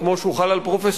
כמו שהוא חל על פרופסורים,